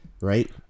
right